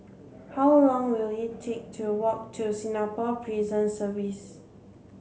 how long will it take to walk to Singapore Prison Service